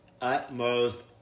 utmost